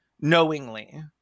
knowingly